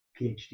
PhD